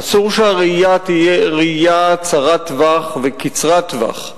אסור שהראייה תהיה ראייה צרת טווח וקצרת טווח,